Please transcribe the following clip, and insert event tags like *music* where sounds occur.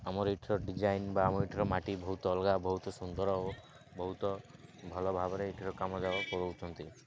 ଆମର ଏଇଠିର ଡ଼ିଜାଇନ୍ ବା ଆମର ଏଇଠିର ମାଟି ବହୁତ ଅଲଗା ବହୁତ ସୁନ୍ଦର ଓ ବହୁତ ଭଲ ଭାବରେ ଏଇଠର କାମ *unintelligible* କରଉଛନ୍ତି